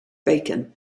bacon